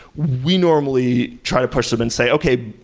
we normally try to push them and say, okay,